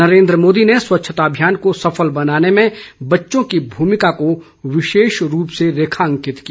नरेन्द्र मोदी ने स्वच्छता अभियान को सफल बनाने में बच्चों की भूमिका को विशेष रूप से रेखांकित किया